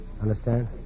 Understand